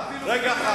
רגע,